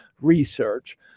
research